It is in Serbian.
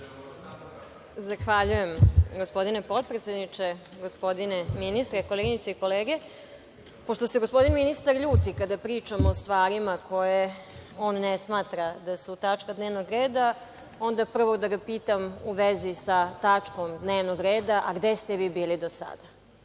Zahvaljujem gospodine potpredsedniče. Gospodine ministre, koleginice i kolege, pošto se gospodin ministar ljuti kada pričamo o stvarima koje on ne smatra da su tačka dnevnog reda, onda prvo da ga pitam u vezi sa tačkom dnevnog reda – a gde ste vi bili do sada?